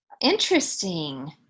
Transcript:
Interesting